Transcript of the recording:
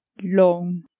long